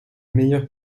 meilleures